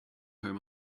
home